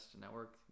network